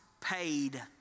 paid